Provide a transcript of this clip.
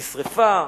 נשרפה,